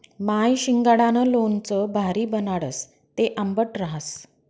माय शिंगाडानं लोणचं भारी बनाडस, ते आंबट रहास